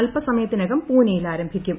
അൽപസമയത്തിനകം പൂനെയിൽ ആരംഭിക്കും